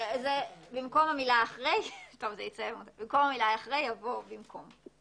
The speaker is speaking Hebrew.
במקום 59ט, יבוא: 59. בבקשה.